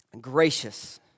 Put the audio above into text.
gracious